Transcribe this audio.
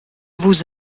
vous